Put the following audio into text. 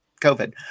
COVID